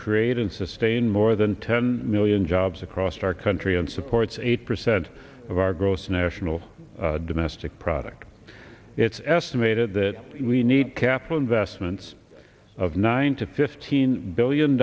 create and sustain more than ten million jobs across our country and supports eight percent of our gross national domestic product it's estimated that we need capital investments of nine to fifteen billion